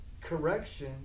correction